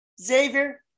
Xavier